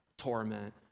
torment